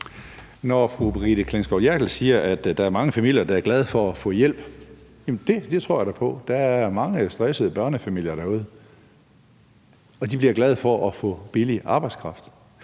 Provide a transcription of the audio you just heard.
Når fru Brigitte Klintskov Jerkel siger, at der er mange familier, der er glade for at få hjælp, så tror jeg på det. Der er mange stressede børnefamilier derude, og de bliver glade for at få billig arbejdskraft.